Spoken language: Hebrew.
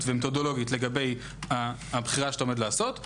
ומתודולוגית לגבי הבחירה שאתה עומד לעשות,